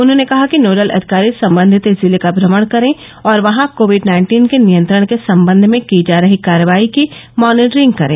उन्होंने कहा कि नोडल अविकारी सम्बन्धित जिले का भ्रमण करें और वहां कोविड नाइन्टीन के नियंत्रण के सम्बन्ध में की जा रही कार्यवाही की मॉनिटरिंग करें